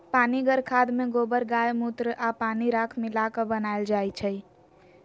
पनीगर खाद में गोबर गायमुत्र आ पानी राख मिला क बनाएल जाइ छइ